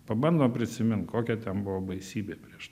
pabandom prisimint kokia ten buvo baisybė prieš